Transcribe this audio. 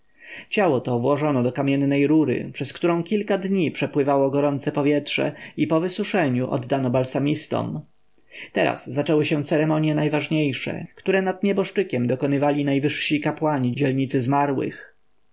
ciało to włożono do kamiennej rury przez którą kilka dni przepływało gorące powietrze i po wysuszeniu oddano balsamistom teraz zaczęły się ceremonje najważniejsze które nad nieboszczykiem dokonywali najwyżsi kapłani dzielnicy zmarłych